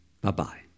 Bye-bye